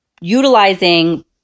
utilizing